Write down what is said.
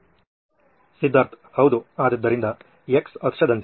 ಸಿದ್ಧಾರ್ಥ್ ಹೌದು ಆದ್ದರಿಂದ X ಅಕ್ಷದಂತೆ